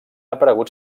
aparegut